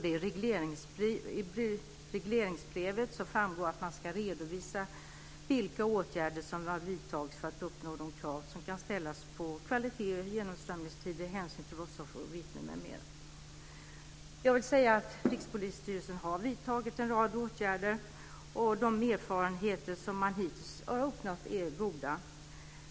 I regleringsbrevet framgår att man ska redovisa vilka åtgärder som vidtagits för att uppnå de krav som kan ställas på kvalitet, genomströmningstider, hänsyn till brottsoffer och vittnen m.m. Rikspolisstyrelsen har vidtagit en rad åtgärder, och de erfarenheter som man hittills har uppnått är goda.